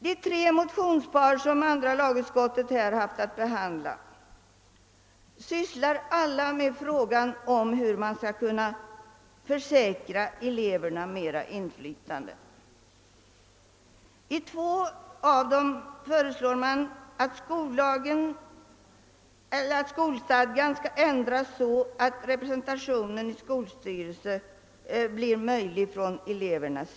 De tre motionspar som andra lagutskottet haft att behandla sysslar alla med frågan om hur vi skall kunna tillförsäkra eleverna mera inflytande. I två av dem föreslår man att skolstadgan skall ändras så att representation för eleverna i skolstyrelserna blir möjlig.